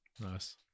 nice